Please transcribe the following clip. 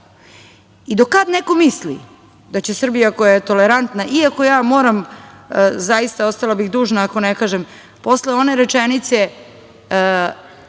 kad neko misli da će Srbija, koja je tolerantna, iako ja moram, zaista bih ostala dužna ako ne kažem, posle one rečenice